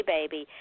Baby